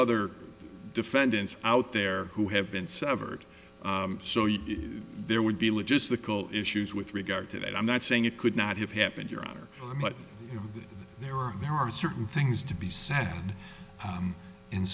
other defendants out there who have been severed so you know there would be logistical issues with regard to that i'm not saying it could not have happened your honor but you know there are there are certain things to be sad